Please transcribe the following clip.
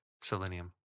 selenium